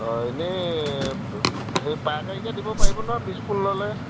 অঁ এনেই পাইকাৰীকৈ দিব পাৰিব ন বিশ পোণ ল'লে